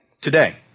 today